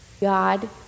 God